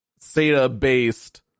SATA-based